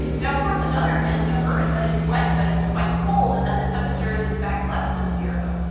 now, of course, another end-member is that it's wet but it's quite cold and that the temperature is in fact less than zero.